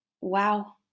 wow